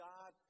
God